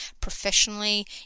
professionally